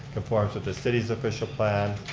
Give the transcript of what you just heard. conforms with the city's official plan,